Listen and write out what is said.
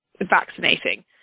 vaccinating